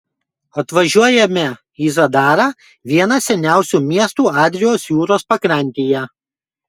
atvažiuojame į zadarą vieną seniausių miestų adrijos jūros pakrantėje